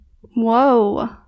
Whoa